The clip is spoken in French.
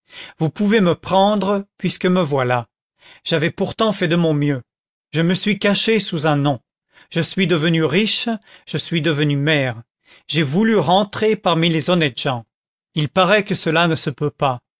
vous pouvez me prendre puisque me voilà j'avais pourtant fait de mon mieux je me suis caché sous un nom je suis devenu riche je suis devenu maire j'ai voulu rentrer parmi les honnêtes gens il paraît que cela ne se peut pas